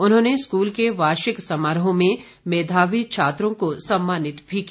उन्होंने स्कूल के वार्षिक समारोह में मेधावी छात्रों को सम्मानित भी किया